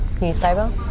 newspaper